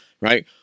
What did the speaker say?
right